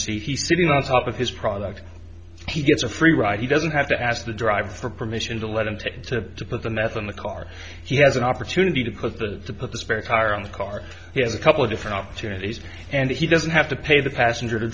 he's sitting on top of his product he gets a free ride he doesn't have to ask the dr for permission to let him take to put the meth in the car he has an opportunity to put the put the spare tire on the car he has a couple of different opportunities and he doesn't have to pay the passenger to